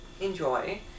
enjoy